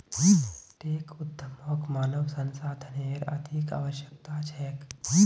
tech उद्यमक मानव संसाधनेर अधिक आवश्यकता छेक